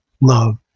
love